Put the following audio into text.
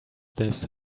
this